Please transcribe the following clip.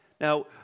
Now